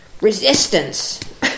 resistance